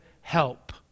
help